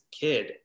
kid